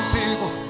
people